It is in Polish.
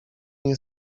nie